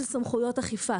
שאלה של סמכויות אכיפה,